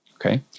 Okay